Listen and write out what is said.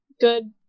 good